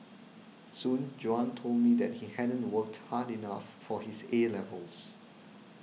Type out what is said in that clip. soon Juan told me that he hadn't worked hard enough for his 'A' levels